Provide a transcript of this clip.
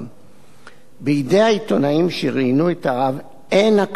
בידי העיתונאים שראיינו את הרב אין הקלטות של הראיונות,